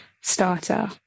starter